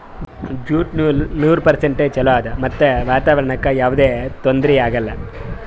jute ನೂಲ್ ನೂರ್ percent ಚೊಲೋ ಆದ್ ಮತ್ತ್ ವಾತಾವರಣ್ಕ್ ಯಾವದೇ ತೊಂದ್ರಿ ಆಗಲ್ಲ